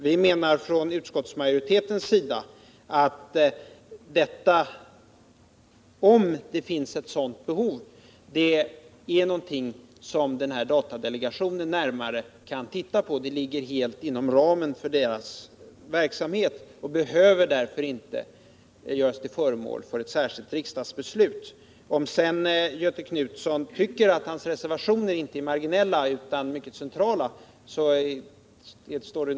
Vi menar från utskottsmajoritetens sida att frågan om huruvida det finns ett behov av särskild utredning är någonting som den föreslagna datadelegationen närmare kan undersöka. Det ligger helt inom ramen för dess verksamhet och behöver därför inte göras till föremål för ett särskilt riksdagsbeslut. Det står naturligtvis Göthe Knutson fritt att tycka att hans reservationer inte är marginella utan mycket centrala.